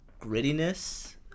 grittiness